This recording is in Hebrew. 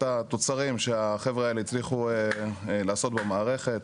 התוצרים שהחבר'ה האלה הצליחו לעשות במערכת.